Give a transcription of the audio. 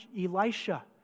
Elisha